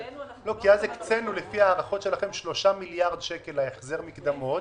אלינו --- כי אז הקצינו לפי ההערכות שלכם 3 מיליארד שקל החזר מקדמות,